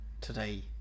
today